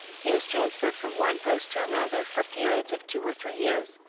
he was transferred from one post to another for periods of two or three years,